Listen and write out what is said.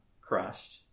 crust